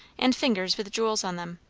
and fingers with jewels on them.